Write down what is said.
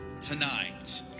tonight